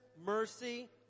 mercy